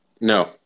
No